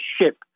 ship